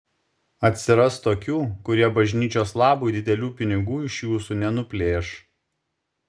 atsiras tokių kurie bažnyčios labui didelių pinigų iš jūsų nenuplėš